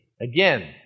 Again